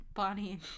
Bonnie